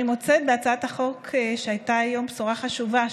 אני מוצאת בהצעת החוק שהייתה היום בשורה חשובה,